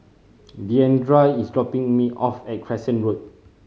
Deandra is dropping me off at Crescent Road